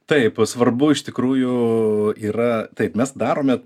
taip svarbu iš tikrųjų yra taip mes darome